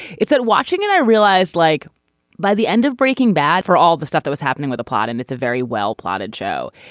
it's at watching and i realized like by the end of breaking bad for all the stuff that was happening with the plot and it's a very well plotted show.